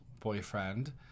boyfriend